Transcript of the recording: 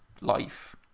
life